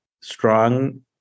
strong